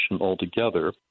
altogether